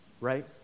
right